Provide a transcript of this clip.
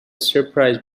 surprise